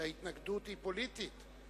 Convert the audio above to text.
שההתנגדות היא פוליטית,